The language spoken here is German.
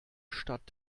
statt